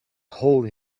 hole